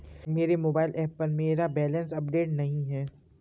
मेरे mobile app पर मेरा बैलेंस अपडेट नहीं है